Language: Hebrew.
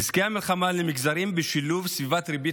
נזקי המלחמה למגזרים בשילוב סביבת ריבית